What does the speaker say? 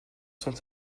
sont